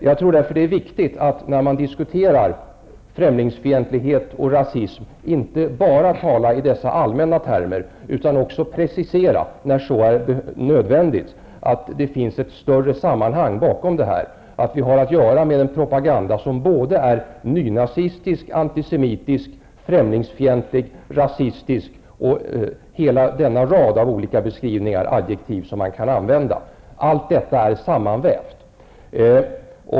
Jag tror därför att det är viktigt att man när man diskuterar främlingsfientlighet och rasism inte bara talar i dessa allmänna termer, utan att man också, när så är nödvändigt, preciserar att det finns ett större sammanhang bakom detta, att vi har att göra med en propaganda som kan beskrivas med en hel rad av adjektiv, såsom nynazistisk, antisemitisk, främlingsfientlig och rasistisk. Allt detta är sammanvävt.